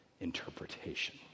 interpretation